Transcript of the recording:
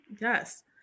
Yes